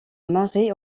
marais